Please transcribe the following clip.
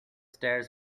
stairs